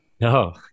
No